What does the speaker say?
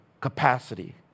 capacity